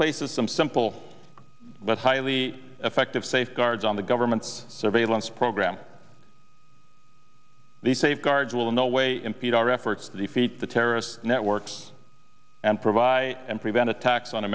places some simple but highly effective safeguards on the government's surveillance program these safeguards will in no way impede our efforts to defeat the terrorists networks and provide and prevent attacks on